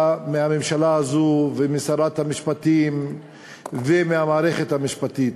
מהממשלה הזאת, משרת המשפטים ומהמערכת המשפטית.